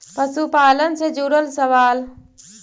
पशुपालन से जुड़ल सवाल?